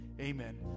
amen